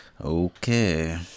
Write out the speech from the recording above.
Okay